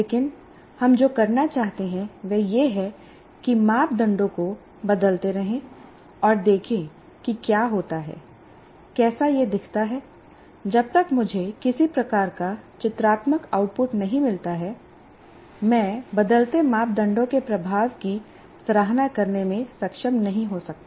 लेकिन हम जो करना चाहते हैं वह यह है कि मापदंडों को बदलते रहें और देखें कि क्या होता हैकैसा यह दिखता है जब तक मुझे किसी प्रकार का चित्रात्मक आउटपुट नहीं मिलता है मैं बदलते मापदंडों के प्रभाव की सराहना करने में सक्षम नहीं हो सकता